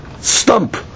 stump